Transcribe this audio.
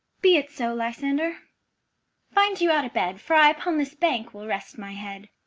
be it so, lysander find you out a bed, for i upon this bank will rest my head.